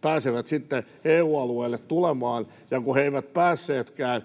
pääsevät sitten EU-alueelle tulemaan, ja kun he eivät päässeetkään,